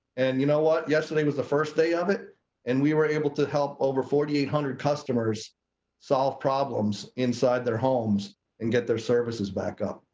and. you know what? yesterday was the first day of it and we were able to help over four thousand eight hundred customers solve problems inside their homes and get their services back up.